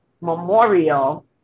memorial